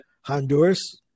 Honduras